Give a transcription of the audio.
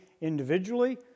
individually